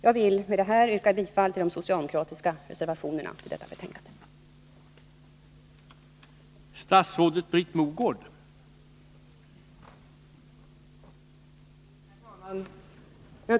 Jag vill med detta yrka bifall till de socialdemokratiska reservationerna vid det nu behandlade betänkandet.